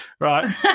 right